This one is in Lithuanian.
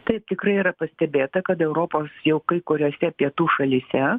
taip tikrai yra pastebėta kad europos jau kai kuriose pietų šalyse